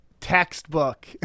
textbook